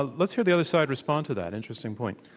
let's hear the other side respond to that. interesting point.